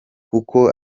kuko